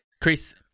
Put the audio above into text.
Chris